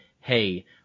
Hey